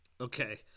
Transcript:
Okay